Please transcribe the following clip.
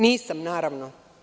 Nisam, naravno.